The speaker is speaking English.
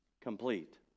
complete